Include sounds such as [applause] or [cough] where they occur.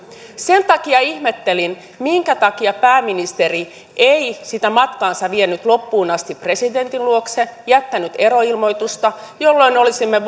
sen takia ihmettelin minkä takia pääministeri ei sitä matkaansa vienyt loppuun asti presidentin luokse ja jättänyt eroilmoitusta jolloin olisimme [unintelligible]